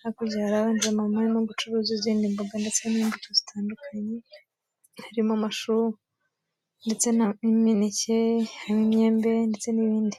ha kurya hari abandi ba mama barimo no gucuruza izindi mboga ndetse n'imbuto zitandukanye harimo amacunga ndetse n'imineke, imyembe ndetse n'ibindi.